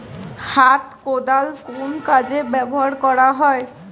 হাত কোদাল কোন কাজে ব্যবহার করা হয়?